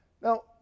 now